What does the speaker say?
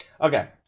Okay